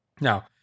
Now